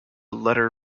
letter